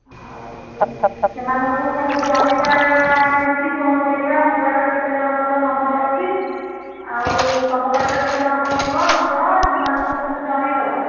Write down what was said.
ଆଉ ସେମାନଙ୍କୁ ସବୁ ଜଣାଇବା କେମିତି ଫୋନ୍ କରିବା ମୋ ପାଖରେ କେତେ ଜଣଙ୍କର ନମ୍ବର୍ ଅଛି ଆଉ ତୁମ ପାଖରେ କେତେ ଜଣଙ୍କ ଥିବ ନମ୍ବର୍ ସେମାନଙ୍କୁ ସବୁ ଜଣାଇ ଦେବା